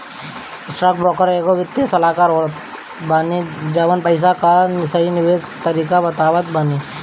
stockbroker एगो वित्तीय सलाहकार होत बाने जवन पईसा कअ सही निवेश तरीका बतावत बाने